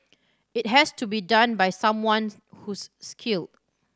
it has to be done by someone's who's skilled